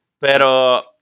Pero